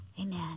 Amen